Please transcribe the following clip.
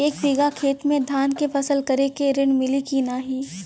एक बिघा खेत मे धान के फसल करे के ऋण मिली की नाही?